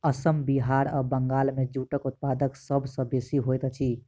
असम बिहार आ बंगाल मे जूटक उत्पादन सभ सॅ बेसी होइत अछि